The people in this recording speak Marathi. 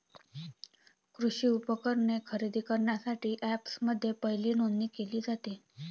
कृषी उपकरणे खरेदी करण्यासाठी अँपप्समध्ये पहिली नोंदणी केली जाते